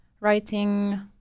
writing